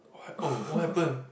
what oh what happen